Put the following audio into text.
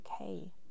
okay